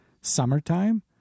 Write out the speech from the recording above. summertime